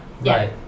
right